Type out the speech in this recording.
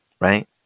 Right